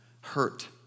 hurt